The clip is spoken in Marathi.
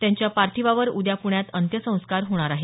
त्यांच्या पार्थिवावर उद्या प्ण्यात अंत्यसंस्कार होणार आहेत